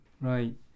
right